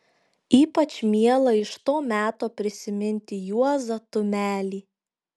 ypač miela iš to meto prisiminti juozą tumelį